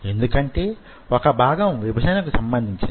ఎందుకంటే వొక భాగం విభజనకు సంబంధించినది